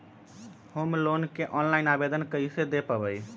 Home loan के online आवेदन कैसे दें पवई?